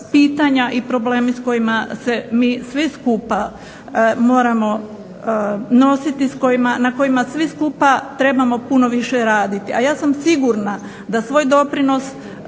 pitanja i problemi s kojima se mi svi skupa moramo nositi na kojima svi skupa trebamo puno više raditi. A ja sam sigurna da svoj doprinos